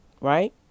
Right